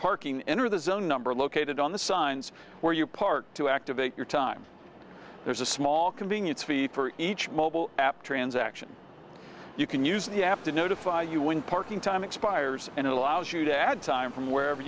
zone number located on the signs where you park to activate your time there's a small convenience fee for each mobile app transaction you can use the app to notify you when parking time expires and it allows you to add time from wherever